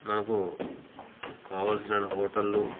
మనకు కావాల్సినన్ని హోటళ్ళు